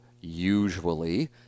usually